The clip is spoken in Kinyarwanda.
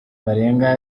barenga